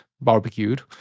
barbecued